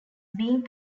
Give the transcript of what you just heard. being